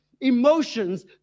emotions